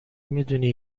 میدونی